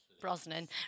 Brosnan